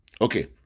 Okay